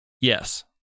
Yes